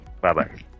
bye-bye